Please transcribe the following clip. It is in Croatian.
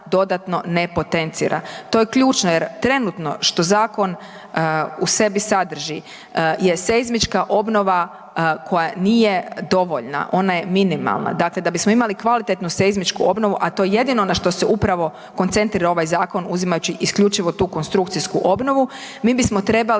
ne potencira. To je ključno jer trenutno što zakon u sebi sadrži je seizmička obnova koja nije dovoljna, ona je minimalna. Dakle, da bismo imali kvalitetnu seizmičku obnovu, a to je jedino na što se upravo koncentrira ovaj zakon uzimajući isključivo tu konstrukcijsku obnovu, mi bismo trebali